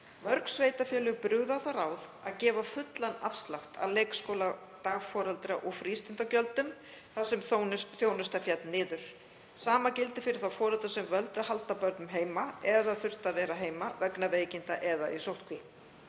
Mörg sveitarfélög brugðu á það ráð að gefa fullan afslátt af leikskóla-, dagforeldra- og frístundagjöldum þar sem þjónusta féll niður. Sama gildir fyrir þá foreldra sem völdu að halda börnum heima eða þurftu að vera heima vegna veikinda eða í sóttkví.